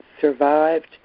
survived